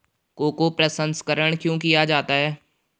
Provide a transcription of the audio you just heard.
Cocoa प्रसंस्करण क्यों किया जाता है?